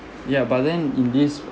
ya but then in this